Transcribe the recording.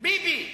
ביבי,